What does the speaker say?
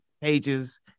pages